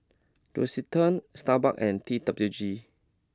L'Occitane Starbucks and T W G